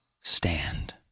stand